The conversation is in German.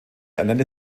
erlernte